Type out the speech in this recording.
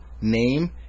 name